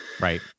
Right